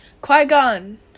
Qui-Gon